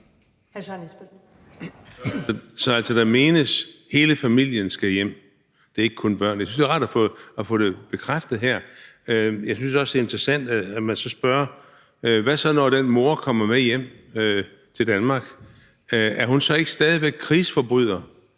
altså, at hele familien skal hjem, ikke kun børnene. Jeg synes, det er rart at få det bekræftet her. Jeg synes også, det er interessant at spørge: Hvad så, når den mor kommer med hjem til Danmark, er hun så ikke stadig væk krigsforbryder?